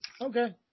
Okay